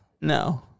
No